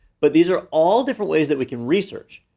but these are all different ways that we can research.